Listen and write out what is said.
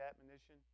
admonition